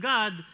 God